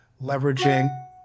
leveraging